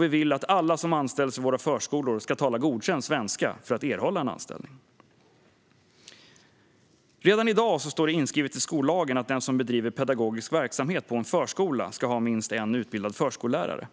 Vi vill också att alla som anställs i våra förskolor ska tala godkänd svenska för att erhålla anställning. Redan i dag står det inskrivet i skollagen att den som bedriver pedagogisk verksamhet på en förskola ska ha minst en utbildad förskollärare.